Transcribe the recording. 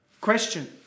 Question